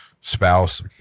spouse